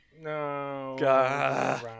No